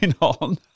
on